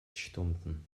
stunden